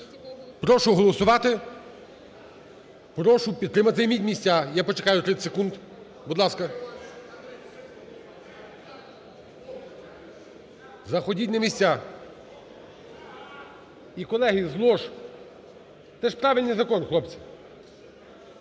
Прошу голосувати, прошу підтримати… Займіть місця, я почекаю 30 секунд, будь ласка. Заходіть на місця. І, колеги, з лож, це ж правильний закон, хлопці.